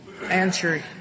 answer